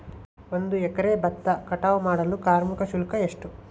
ಒಂದು ಎಕರೆ ಭತ್ತ ಕಟಾವ್ ಮಾಡಲು ಕಾರ್ಮಿಕ ಶುಲ್ಕ ಎಷ್ಟು?